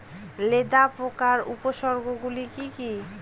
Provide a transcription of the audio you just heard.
লেদা পোকার উপসর্গগুলি কি কি?